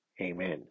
Amen